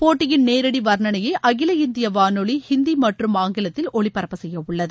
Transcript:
போட்டியின் நேரடி வர்ணனையை அகில இந்திய வானொலி ஹிந்தி மற்றும் ஆங்கிலத்தில் ஒலிபரப்ப செய்ய உள்ளது